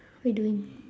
what you doing